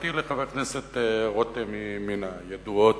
תשובתי לחבר הכנסת רותם היא מן הידועות,